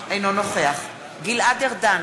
אינו נוכח גלעד ארדן,